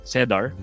Sedar